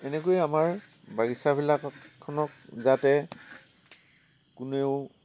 এনেকৈ আমাৰ বাগিচাবিলাকত খনক যাতে কোনেও